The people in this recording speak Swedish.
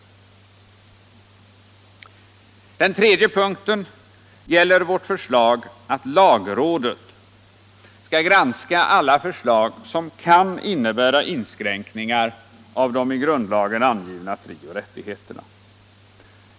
grundlag Den tredje punkten gäller vårt förslag att lagrådet skall granska alla förslag som kan innebära inskränkningar av de i grundlagen angivna frioch rättigheterna.